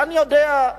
אני יודע,